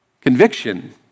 Conviction